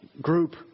group